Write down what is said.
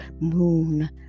moon